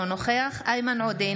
אינו נוכח איימן עודה,